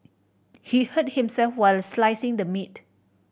he hurt himself while slicing the meat